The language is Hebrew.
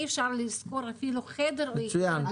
אי אפשר לשכור אפילו חדר בסכום הזה.